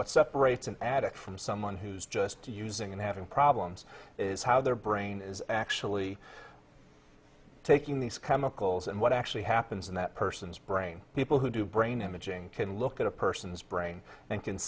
what separates an addict from someone who's just using and having problems is how their brain is actually taking these chemicals and what actually happens in that person's brain people who do brain imaging can look at a person's brain and can